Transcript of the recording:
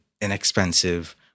inexpensive